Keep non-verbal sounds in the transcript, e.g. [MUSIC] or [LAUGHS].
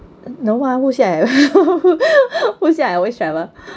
no I would say [LAUGHS] who say I always travel